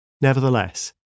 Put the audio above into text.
Nevertheless